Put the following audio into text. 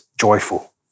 joyful